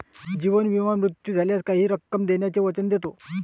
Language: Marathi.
जीवन विमा मृत्यू झाल्यास काही रक्कम देण्याचे वचन देतो